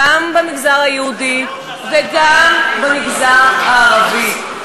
גם במגזר היהודי וגם במגזר הערבי.